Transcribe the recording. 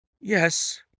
Yes